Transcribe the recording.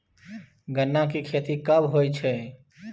गन्ना की खेती कब होय छै?